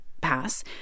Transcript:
pass